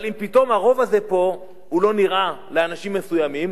אבל פתאום הרוב הזה פה לא נראה לאנשים מסוימים,